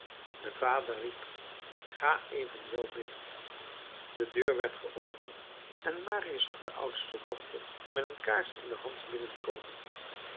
de vader riep ga evenwel binnen de deur werd geopend en marius zag de oudste dochter met een kaars in de hand binnenkomen